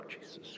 Jesus